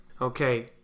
okay